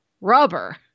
Rubber